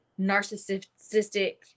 narcissistic